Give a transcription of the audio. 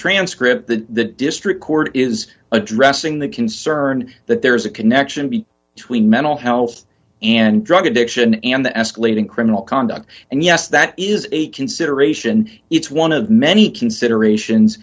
transcript the district court is addressing the concern that there is a connection be tween mental health and drug addiction and the escalating criminal conduct and yes that is a consideration it's one of many considerations